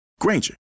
Granger